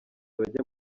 bajya